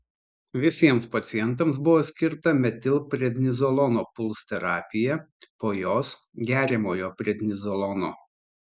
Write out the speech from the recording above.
visiems pacientams buvo skirta metilprednizolono puls terapija po jos geriamojo prednizolono